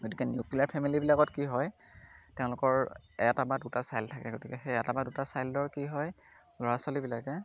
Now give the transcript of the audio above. গতিকে নিউক্লিয়াৰ ফেমিলিবিলাকত কি হয় তেওঁলোকৰ এটা বা দুটা চাইল্ড থাকে গতিকে সেই এটা বা দুটা চাইল্ডৰ কি হয় ল'ৰা ছোৱালীবিলাকে